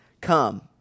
Come